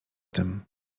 tym